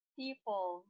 people